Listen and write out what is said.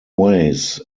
ways